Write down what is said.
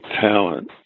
talent